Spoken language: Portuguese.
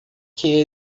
que